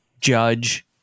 Judge